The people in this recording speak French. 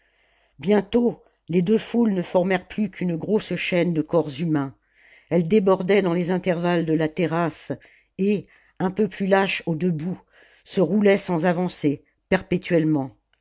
bientôt les deux foules ne formèrent plus qu'une grosse chaîne de corps humains elle débordait dans les intervalles de la terrasse et un peu plus lâche aux deux bouts se roulait sans avancer perpétuellement